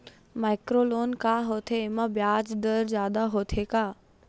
Micro loan का होथे येमा ब्याज दर जादा होथे का?